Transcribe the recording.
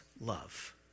love